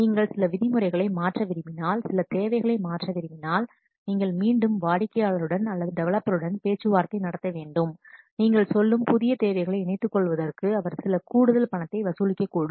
நீங்கள் சில விதிமுறைகளை மாற்ற விரும்பினால் சில தேவைகளை மாற்ற விரும்பினால் நீங்கள் மீண்டும் வாடிக்கையாளருடன் அல்லது டெவலப்பருடன் பேச்சுவார்த்தை நடத்த வேண்டும் நீங்கள் சொல்லும் புதிய தேவைகளை இணைத்துக்கொள்வதற்கு அவர் சில கூடுதல் பணத்தை வசூலிக்கக்கூடும்